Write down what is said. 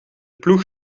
ploeg